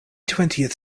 twentieth